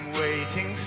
waiting